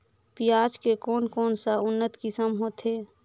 पियाज के कोन कोन सा उन्नत किसम होथे?